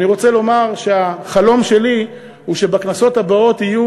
אני רוצה לומר שהחלום שלי הוא שבכנסות הבאות יהיו